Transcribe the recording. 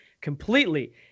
completely